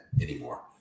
anymore